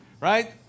Right